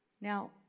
Now